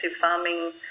farming